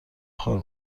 خوار